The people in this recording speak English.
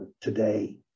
today